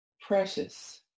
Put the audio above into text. precious